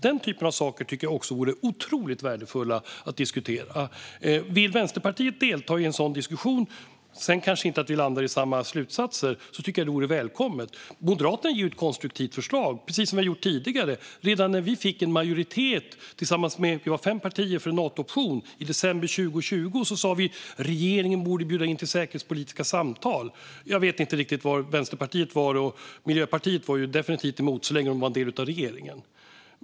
Sådana saker tycker jag också vore otroligt värdefulla att diskutera. Vill Vänsterpartiet delta i en sådan diskussion tycker jag att det vore välkommet. Sedan kanske vi inte landar i samma slutsatser. Moderaterna lägger fram ett konstruktivt förslag, precis som vi gjort tidigare. Redan när vi tillsammans med fyra andra partier fick majoritet för en Natooption i december 2020 sa vi att regeringen borde bjuda in till säkerhetspolitiska samtal. Jag vet inte riktigt var Vänsterpartiet var. Miljöpartiet var definitivt emot så länge man var en del av regeringen.